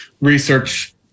research